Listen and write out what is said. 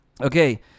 Okay